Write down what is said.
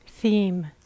theme